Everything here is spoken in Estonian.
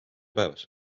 päevas